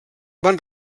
van